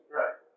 right